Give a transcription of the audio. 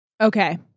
Okay